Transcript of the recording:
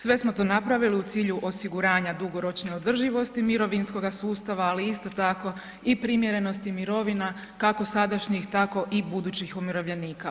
Sve smo to napravili u cilju osiguranja dugoročne održivosti mirovinskog sustav, ali isto tako i primjerenosti mirovina kako sadašnjih tako i budućih umirovljenika.